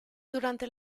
durante